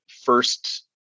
first